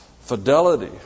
fidelity